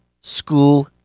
school